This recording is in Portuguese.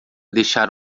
deixar